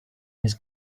his